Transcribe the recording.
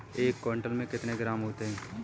एक क्विंटल में कितने किलोग्राम होते हैं?